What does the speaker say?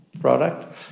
product